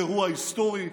אירוע היסטורי,